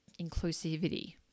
inclusivity